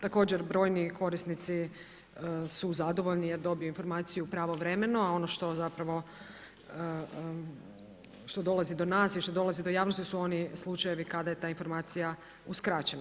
Također brojni korisnici su zadovoljni jer dobiju informaciju pravovremeno a ono što zapravo, što dolazi do nas i što dolazi do javnosti su oni slučajevi kada je ta informacija uskraćena.